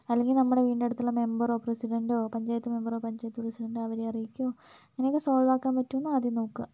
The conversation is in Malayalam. അല്ലെങ്കിൽ നമ്മുടെ വീടിനടുത്തുള്ള മെമ്പറോ പ്രസിഡൻറ്റോ പഞ്ചായത്ത് മെമ്പറോ പഞ്ചായത്ത് പ്രസിഡൻറ്റോ അവരെ അറിയിക്കുകയോ അങ്ങനക്കെ സോൾവാക്കൻ പറ്റുമോന്ന് ആദ്യം നോക്കുക